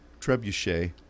trebuchet